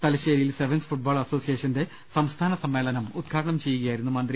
തലശ്ശേരിയിൽ sevens football അസോസിയേ ഷന്റെ സംസ്ഥാന സമ്മേളനം ഉദ്ഘാടനം ചെയ്യുകയായിരുന്നു മ്യന്തി